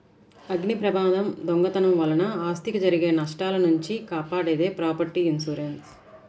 అగ్నిప్రమాదం, దొంగతనం వలన ఆస్తికి జరిగే నష్టాల నుంచి కాపాడేది ప్రాపర్టీ ఇన్సూరెన్స్